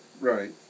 Right